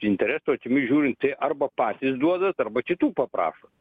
interesų akimis žiūrint tai arba patys duodat arba kitų paprašot